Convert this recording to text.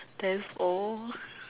that's all